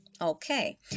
Okay